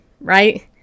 Right